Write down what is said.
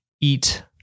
eat